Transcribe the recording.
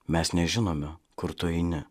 mes nežinome kur tu eini